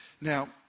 Now